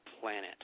planet